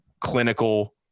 clinical